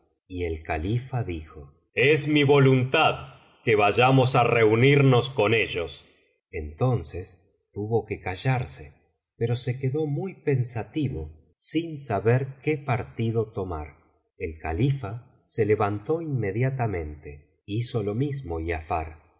y el califa dijo es mi voluntad que vayamos á reunirnos con ellos entonces tuvo que callarse pero se quedó muy pensativo sin saber qué partido tomar el califa se levantó inmediatamente hizo lo mismo giafar y